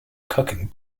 cooking